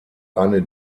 eine